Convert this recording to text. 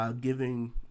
giving